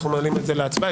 אנחנו מעלים את זה להצבעה.